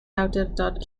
awdurdod